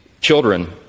children